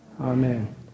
Amen